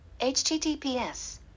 HTTPS